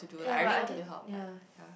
ya but I can ya